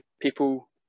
people